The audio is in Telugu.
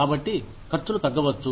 కాబట్టి ఖర్చులు తగ్గవచ్చు